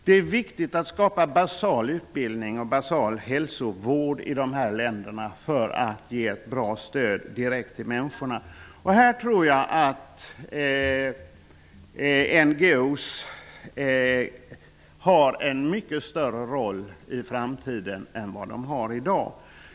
Det är viktigt att skapa basal utbildning och basal hälsovård i dessa länder för att ge ett bra stöd direkt till människorna. Här tror jag NGO, Non Governmental Organizations, har en mycket större roll i framtiden är de har i dag.